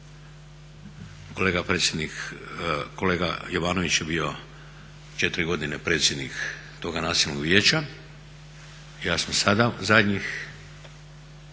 Jovanović je bio 4 godine predsjednik toga nacionalnog vijeća, ja sam sada zadnjih